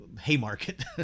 Haymarket